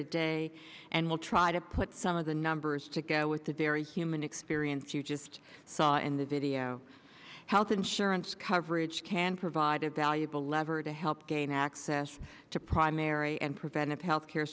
today and will try to put some of the numbers to go with the very human experience you just saw in the video health insurance coverage can provide a valuable lever to help gain access to primary and preventive health care